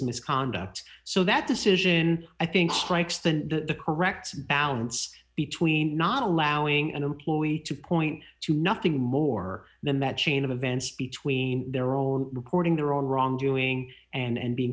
misconduct so that decision i think strikes the correct balance between not allowing an employee to point to nothing more than that chain of events between their own reporting their own wrongdoing and being